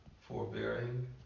forbearing